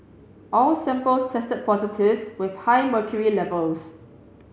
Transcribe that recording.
all samples tested positive with high mercury levels